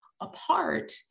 apart